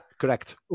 correct